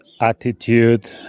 attitude